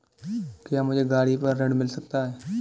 क्या मुझे गाड़ी पर ऋण मिल सकता है?